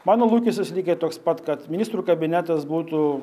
mano lūkestis lygiai toks pat kad ministrų kabinetas būtų